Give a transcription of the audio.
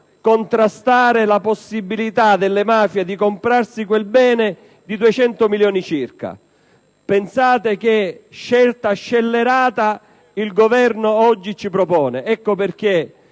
contrastare la possibilità delle mafie di comprarsi un bene del valore di 200 milioni di euro. Pensate che scelta scellerata il Governo oggi ci propone. Ecco perché